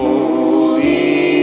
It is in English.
Holy